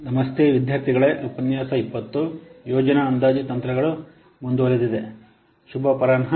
ಶುಭ ಅಪರಾಹ್ನ